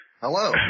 Hello